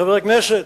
חברי הכנסת,